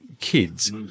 kids